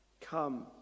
come